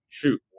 Shoot